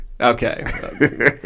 Okay